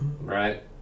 Right